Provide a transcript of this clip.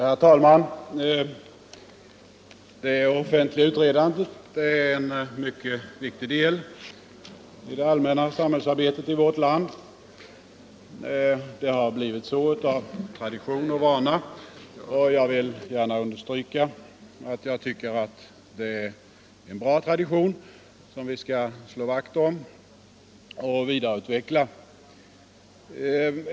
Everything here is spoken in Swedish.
Herr talman! Det offentliga utredandet är en mycket viktig del i det allmänna samhällsarbetet i vårt land. Det har blivit så av tradition, och jag vill gärna understryka att jag tycker det är en bra tradition som vi skall slå vakt om och vidareutveckla.